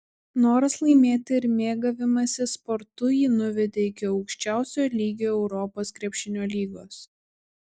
noras laimėti ir mėgavimasis sportu jį nuvedė iki aukščiausio lygio europos krepšinio lygos